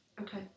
okay